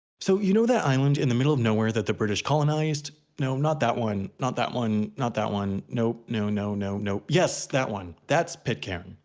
so, you know that tiny island in the middle of nowhere that the british colonized? no, not that one. not that one. not that one. nope. no, no, no, nope, yes that one. that's pitcairn.